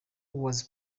was